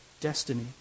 destiny